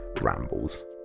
rambles